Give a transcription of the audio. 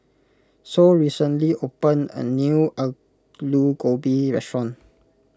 Sol recently opened a new Aloo Gobi restaurant